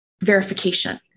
verification